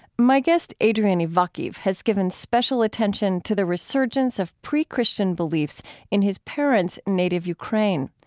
my guest, adrian ivakhiv, has given special attention to the resurgence of pre-christian beliefs in his parents' native ukraine.